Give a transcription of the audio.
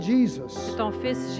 Jesus